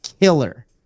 killer